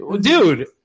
Dude